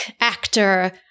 actor